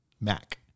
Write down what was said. Mac